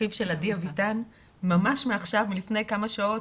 אחיו של עדי אביטן ממש מעכשיו מלפני כמה שעות,